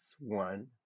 one